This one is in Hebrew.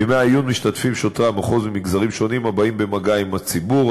בימי העיון משתתפים שוטרי המחוז ממגזרים שונים הבאים במגע עם הציבור,